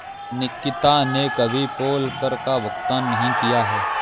निकिता ने कभी पोल कर का भुगतान नहीं किया है